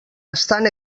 estan